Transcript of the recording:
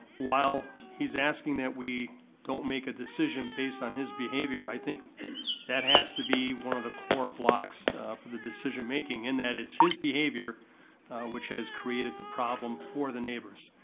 while he's asking that we don't make a decision based on his behavior, i think that has to be one of the core blocks for the decision making, in that it's his behavior which has created the problem for the neighbors.